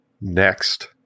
Next